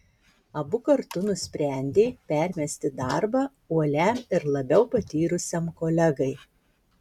abu kartu nusprendė permesti darbą uoliam ir labiau patyrusiam kolegai